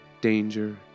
danger